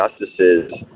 justices